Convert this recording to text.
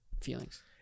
feelings